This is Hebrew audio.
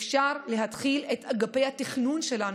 אפשר להתחיל עם אגפי התכנון שלנו.